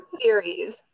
series